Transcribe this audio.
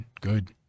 Good